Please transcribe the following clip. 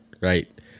Right